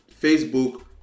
Facebook